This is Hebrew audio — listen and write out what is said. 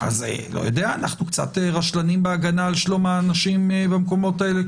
אז אנחנו קצת רשלנים בהגנה על שלום האנשים במקומות האלה,